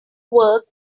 work